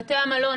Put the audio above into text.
בלי המלון,